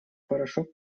порошок